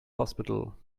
hospital